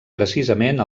precisament